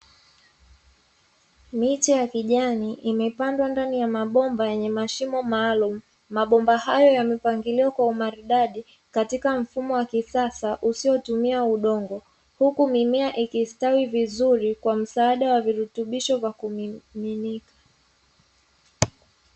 Miche ya kijani imepandwa ndani ya mabomba yenye mashimo maalumu. Mabomba hayo yamepangiliwa kwa umaridadi katika mfumo wa kisasa usiotumia udongo, huku mimea ikistawi vizuri kwa msaada wa virutubisho vya kumiminika.